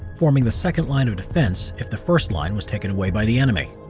forming the second line of defense, if the first line was taken away by the enemy.